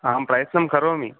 अहं प्रयत्नं करोमि